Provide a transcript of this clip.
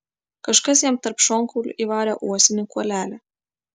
kažkas jam tarp šonkaulių įvarė uosinį kuolelį